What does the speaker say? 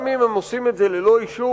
גם אם הם עושים את זה ללא אישור,